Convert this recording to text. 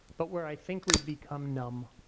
but where i think we've become numb.